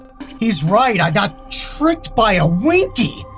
he's right! i got tricked by a winkey.